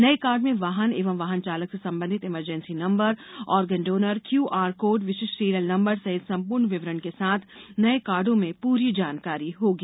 नए कार्ड में वाहन एवं वाहन चालक से संबंधित emergency number organ donor QR code विशिष्ट सीरियल नम्बर सहित सम्पूर्ण विवरण के साथ नए कार्डो में पूरी जानकारी होगी